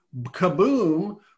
kaboom